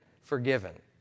forgiven